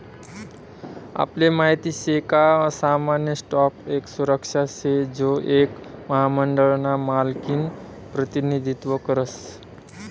आपले माहित शे का सामान्य स्टॉक एक सुरक्षा शे जो एक महामंडळ ना मालकिनं प्रतिनिधित्व करस